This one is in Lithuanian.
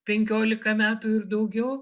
penkiolika metų ir daugiau